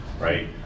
right